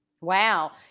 Wow